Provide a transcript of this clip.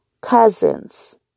cousins